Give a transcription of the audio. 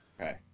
Okay